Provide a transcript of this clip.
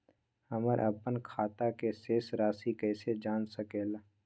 हमर अपन खाता के शेष रासि कैसे जान सके ला?